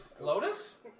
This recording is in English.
Lotus